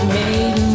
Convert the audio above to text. made